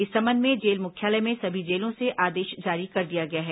इस संबंध में जेल मुख्यालय में सभी जेलों से आदेश जारी कर दिया गया है